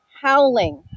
howling